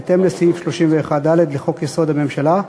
בהתאם לסעיף 31(ד) לחוק-יסוד: הממשלה,